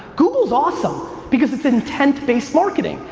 google's awesome. because it's intent-based marketing.